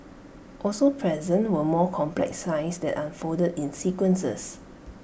also present were more complex signs that unfolded in sequences